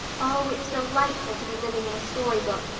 oh, it's delightful to be living in a storybook,